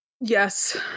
Yes